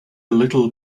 little